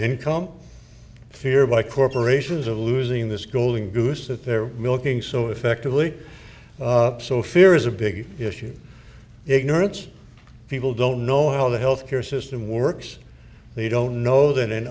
income fear by corporations of losing this golden goose that they're milking so effectively so fear is a big issue ignorance people don't know how the health care system works they don't know